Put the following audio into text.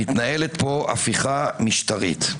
מתנהלת פה הפיכה משטרית.